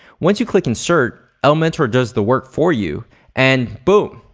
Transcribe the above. once you click insert, elementor does the work for you and boom.